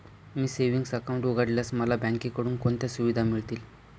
मी savings account उघडल्यास मला बँकेकडून कोणत्या सुविधा मिळतील?